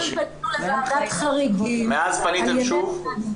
מאז פניתם שוב?